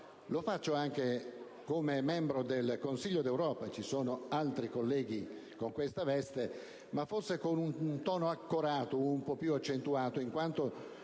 Grazie,